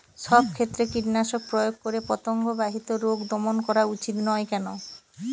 সব ক্ষেত্রে কীটনাশক প্রয়োগ করে পতঙ্গ বাহিত রোগ দমন করা উচিৎ নয় কেন?